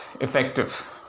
effective